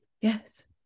yes